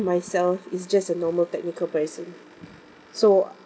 myself is just a normal technical person so